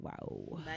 wow